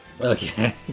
Okay